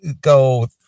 go